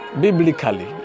biblically